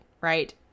right